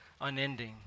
unending